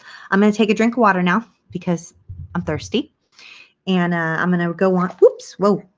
i'm going to take a drink of water now because i'm thirsty and ah i'm going to go on. oops! whoa!